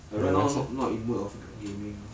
I right now not not in mood of gaming